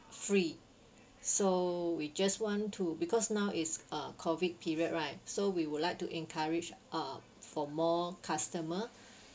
free so we just want to because now is uh COVID period right so we would like to encourage uh for more customer